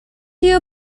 year